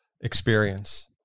experience